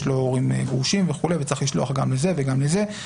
לו הורים גרושים וכו' וצריך לשלוח גם לזה וגם לזה,